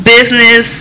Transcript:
Business